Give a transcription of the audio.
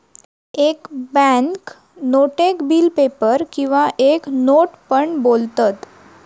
एक बॅन्क नोटेक bill paper किंवा एक नोट पण बोलतत